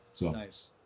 Nice